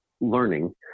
learning